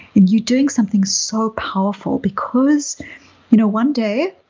and you're doing something so powerful because you know one day